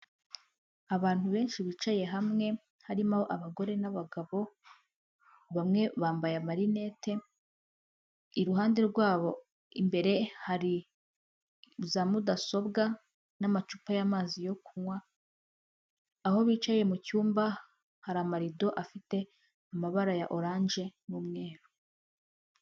Abantu benshi bicaye hamwe, harimo abagore n'abagabo, bamwe bambaye amarinete, iruhande rwabo imbere hari za mudasobwa n'amacupa y'amazi yo kunywa, aho bicaye mu cyumba hari amarido afite amabara ya oranje n'umweru.